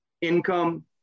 income